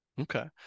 Okay